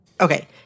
Okay